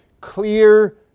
clear